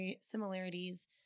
similarities